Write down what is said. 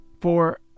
For